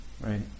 right